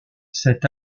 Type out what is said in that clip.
cet